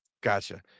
gotcha